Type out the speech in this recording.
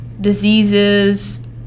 diseases